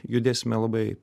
judėsime labai